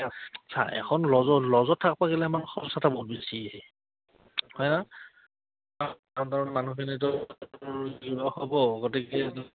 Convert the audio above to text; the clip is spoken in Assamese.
চা এখন লজত লজত থাকিব গ'লে আমাৰ মানুহখিনিতো হ'ব গতিকে